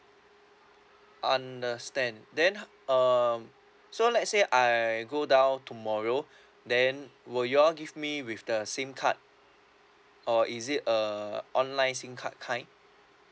understand then h~ um so let's say I go down tomorrow then will you all give me with the SIM card or is it a online SIM card kind